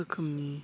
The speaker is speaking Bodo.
रोखोमनि